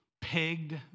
pegged